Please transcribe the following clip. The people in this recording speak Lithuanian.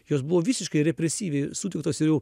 jos buvo visiškai represyviai sutiktos ir jau